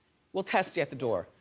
we'll test you at the door,